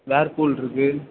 whirlpool இருக்குது